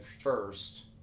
first